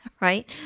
right